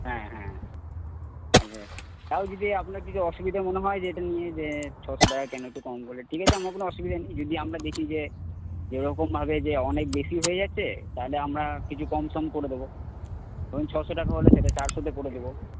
হ্যাঁ হ্যাঁ তাও যদি আপনার কিছু অসুবিধা মনে হয় যে এটা নিয়ে যে ছশো টাকা কেন একটু কম ঠিক আছে আমার কোন অসুবিধা নেই যদি আমরা দেখি যে এইরকমভাবে যে অনেক বেশি হয়ে যাচ্ছে তাহলে আমরা কিছু কম সম করে দেব ধরুন ছশো টাকা হলে সেটা চারশোতে করে দেব